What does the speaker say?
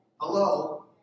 Hello